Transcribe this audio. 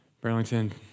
Burlington